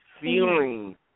Feeling